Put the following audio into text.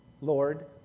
Lord